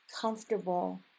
comfortable